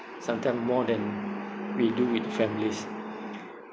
sometime more than we do with families